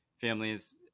families